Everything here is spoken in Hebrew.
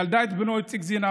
ילדה את בנו איציקזינאו,